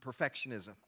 perfectionism